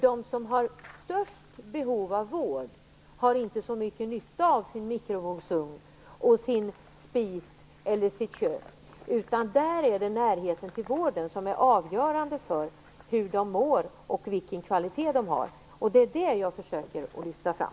De som har störst behov av vård har emellertid inte så mycket nytta av sin mikrovågsugn, sin spis eller sitt kök, utan för dem är det närheten till vården som är avgörande för hur de mår och för deras livskvalitet. Det är detta som jag försöker att lyfta fram.